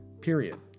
period